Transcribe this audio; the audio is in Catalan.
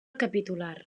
capitular